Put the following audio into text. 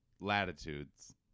latitudes